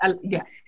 yes